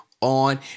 on